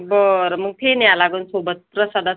बरं मग तेही न्यायला लागन सोबत प्रसादाच